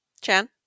Chan